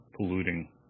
polluting